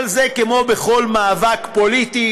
אבל זה כמו בכל מאבק פוליטי